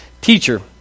teacher